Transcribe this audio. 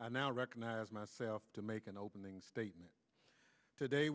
i now recognize myself to make an opening statement today